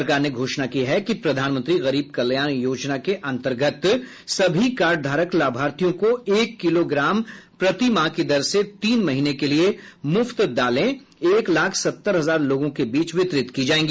सरकार ने घोषणा की है कि प्रधानमंत्री गरीब कल्याण योजना के अंतर्गत सभी कार्ड धारक लाभार्थियों को एक किलो ग्राम प्रति माह की दर से तीन महीने के लिए मुफ्त दालें एक लाख सत्तर हजार लोगों के बीच वितरित की जाएगी